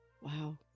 Wow